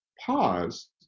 pause